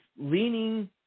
leaning